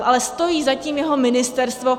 Ale stojí za tím jeho ministerstvo.